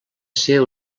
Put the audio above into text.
ser